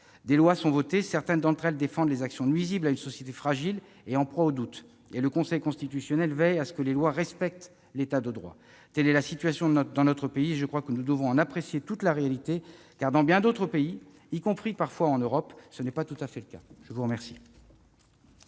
Des lois sont votées. Certaines d'entre elles défendent les actions nuisibles à une société fragile et en proie au doute. Le Conseil constitutionnel veille à ce que les lois respectent l'État de droit. Telle est la situation dans notre pays. Je crois que nous devons en apprécier toute la réalité, car, dans bien d'autres pays, y compris parfois en Europe, tel n'est pas tout à fait le cas. Nous allons